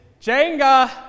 Jenga